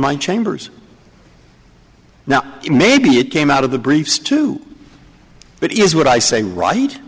my chambers now maybe it came out of the briefs too but is what i say right